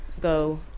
go